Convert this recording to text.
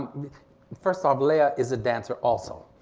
first off lea is a dancer also.